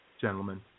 gentlemen